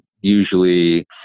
usually